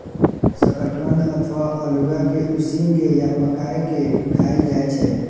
शकरकंद अथवा अल्हुआ कें उसिन के या पकाय के खायल जाए छै